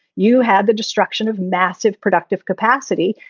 you had the destruction of massive productive capacity.